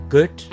Good